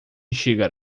chegar